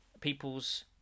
people's